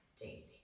daily